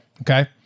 Okay